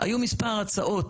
היו מספר הצעות